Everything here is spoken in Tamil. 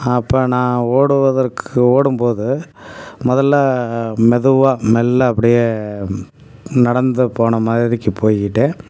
அப்போ நான் ஓடுவதற்கு ஓடும் போது மொதலில் மெதுவாக மெல்ல அப்படியே நடந்து போன மாதிரிக்கு போயிக்கிட்டு